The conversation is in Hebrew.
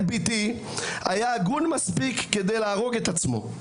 ביתי היה הגון מספיק כדי להרוג את עצמו.